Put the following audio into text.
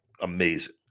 amazing